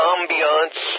Ambiance